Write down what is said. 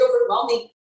overwhelming